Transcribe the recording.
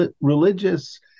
religious